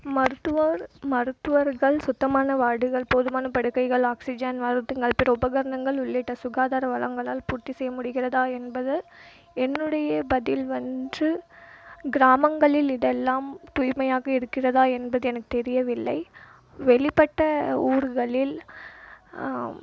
மருத்துவர் மருத்துவர்கள் சுத்தமான வார்டுகள் போதுமான படுக்கைகள் ஆக்சிஜன்கள் பின்னல் பிற உபகரணங்கள் உள்ளிட்ட சுகாதார வளங்களால் பூர்த்தி செய்ய முடிகிறதா என்பது என்னுடைய பதில் வந்து கிராமங்களில் இதெல்லாம் தூய்மையாக இருக்கிறதா என்பது எனக்கு தெரியவில்லை வெளிப்பட்ட ஊர்களில்